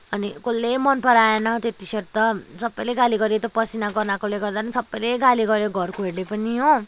अनि कोहीले मन पराएन त्यो टी सर्ट त सबैले गाली गऱ्यो त्यो पसिना गनाएकोले गर्दा टी सर्ट पनि सबैले गाली गऱ्यो घरकोहरूले पनि हो